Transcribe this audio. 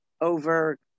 over